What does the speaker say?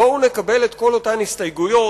בואו נקבל את כל אותן הסתייגויות,